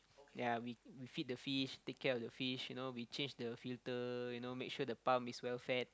ya we we feed the fish take care of the fish you know we change the filter you know make sure the pump is well fed